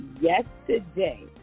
yesterday